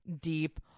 deep